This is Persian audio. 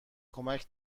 کمک